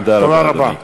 תודה רבה, אדוני.